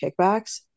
kickbacks